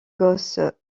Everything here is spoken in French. gosse